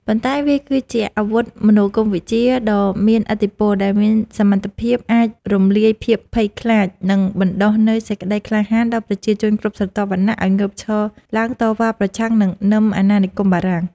ប៉ុន្តែវាគឺជាអាវុធមនោគមវិជ្ជាដ៏មានឥទ្ធិពល ដែលមានសមត្ថភាពអាចរំលាយភាពភ័យខ្លាច និងបណ្តុះនូវសេចក្តីក្លាហានដល់ប្រជាជនគ្រប់ស្រទាប់វណ្ណៈឱ្យងើបឈរឡើងតវ៉ាប្រឆាំងនឹងនឹមអាណានិគមបារាំង។